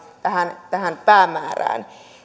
nopeammin tähän päämäärään